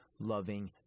loving